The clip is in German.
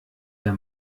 der